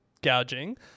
gouging